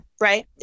right